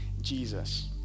Jesus